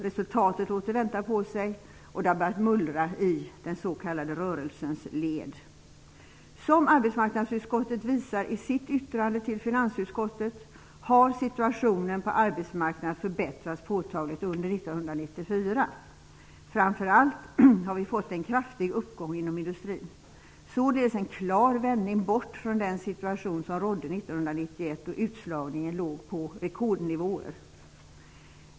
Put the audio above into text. Resultatet låter vänta på sig och det har börjat mullra i Som arbetsmarknadsutskottet visar i sitt yttrande till finansutskottet, har situationen på arbetsmarknaden förbättrats påtagligt under 1994. Framför allt har vi fått en kraftig uppgång inom industrin, således en klar vändning bort från den situation som rådde 1991 då utslagningen låg på rekordnivåer.